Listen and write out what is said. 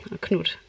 Knut